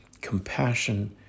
compassion